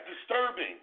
disturbing